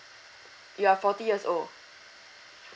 you're forty years old